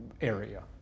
area